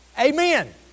Amen